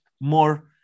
more